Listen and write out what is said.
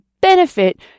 benefit